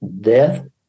death